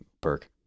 perk